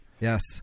Yes